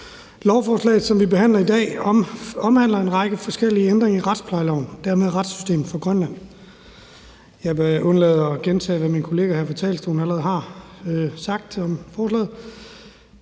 Lovforslaget, som vi behandler i dag, omhandler en række forskellige ændringer i retsplejeloven og dermed retssystemet for Grønland. Jeg vil undlade at gentage, hvad mine kollegaer her fra talerstolen allerede har sagt om forslaget